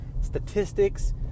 statistics